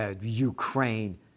Ukraine